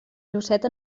llucet